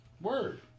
Word